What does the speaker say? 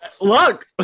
look